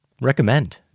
recommend